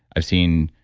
i've seen